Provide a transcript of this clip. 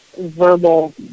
verbal